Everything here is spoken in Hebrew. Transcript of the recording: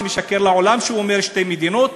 משקר לעולם כשהוא אומר "שתי מדינות"?